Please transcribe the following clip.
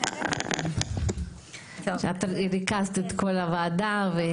את ריכזת את כל הוועדה.